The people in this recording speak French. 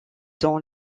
dans